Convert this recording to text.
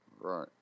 Right